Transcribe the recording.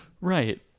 Right